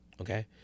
Okay